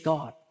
God